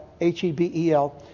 H-E-B-E-L